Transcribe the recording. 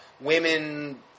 women